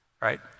right